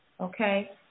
Okay